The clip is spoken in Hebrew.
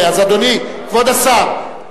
אדוני כבוד השר,